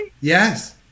Yes